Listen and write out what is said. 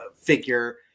figure